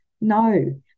no